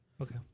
Okay